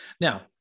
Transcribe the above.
Now